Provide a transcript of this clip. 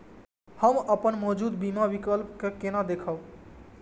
हम अपन मौजूद बीमा विकल्प के केना देखब?